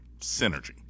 synergy